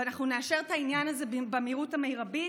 ואנחנו נאשר את העניין הזה במהירות המרבית.